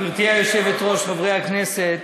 גברתי היושבת-ראש, חברי הכנסת,